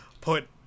put